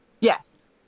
Yes